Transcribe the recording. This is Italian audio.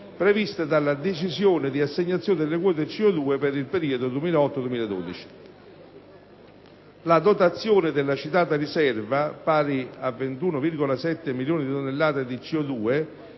prevista dalla Decisione di assegnazione delle quote di CO2 per il periodo 2008-2012. La dotazione della citata riserva, pari a 21,7 milioni di tonnellate di CO2,